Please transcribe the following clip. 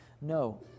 No